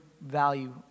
value